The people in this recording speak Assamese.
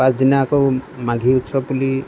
পিছদিনা আকৌ মাঘী উৎসৱ বুলি